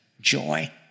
joy